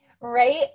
right